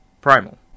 primal